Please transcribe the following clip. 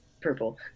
purple